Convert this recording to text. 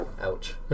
Ouch